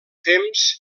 temps